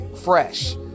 fresh